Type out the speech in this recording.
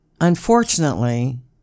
unfortunately